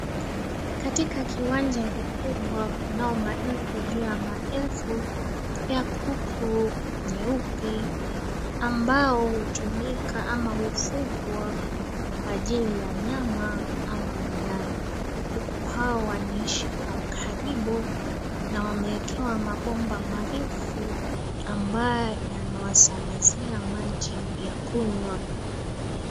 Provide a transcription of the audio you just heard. Katika kiwanja kikubwa kunao maelfu juu ya maelfu ya kuku nyeupe ambao hutumika au hufugwa kwa ajili ya nyama ama mayai. Kuku hawa wanaishi kwa ukaribu na wameekewa mabomba marefu ambayo yanawasambazia maji ya kunywa.